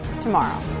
tomorrow